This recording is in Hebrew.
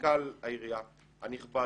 ממנכ"ל העירייה הנכבד,